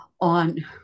on